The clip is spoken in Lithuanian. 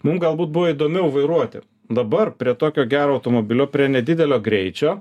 mum galbūt buvo įdomiau vairuoti dabar prie tokio gero automobilio prie nedidelio greičio